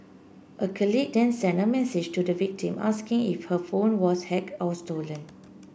a colleague then sent a message to the victim asking if her phone was hacked or stolen